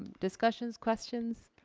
discussion, questions?